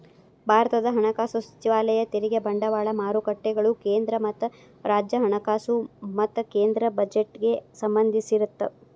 ಭಾರತದ ಹಣಕಾಸು ಸಚಿವಾಲಯ ತೆರಿಗೆ ಬಂಡವಾಳ ಮಾರುಕಟ್ಟೆಗಳು ಕೇಂದ್ರ ಮತ್ತ ರಾಜ್ಯ ಹಣಕಾಸು ಮತ್ತ ಕೇಂದ್ರ ಬಜೆಟ್ಗೆ ಸಂಬಂಧಿಸಿರತ್ತ